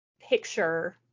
picture